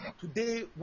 today